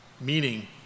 meaning